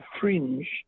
fringe